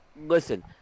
listen